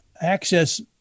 access